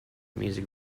music